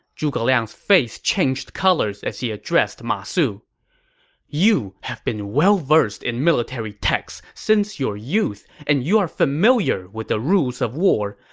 zhuge liang's face changed colors as he addressed ma su you have been well-versed in military texts since your youth and you are familiar with the rules of war.